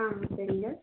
ஆ சரிங்க